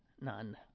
None